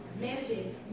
managing